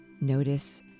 Notice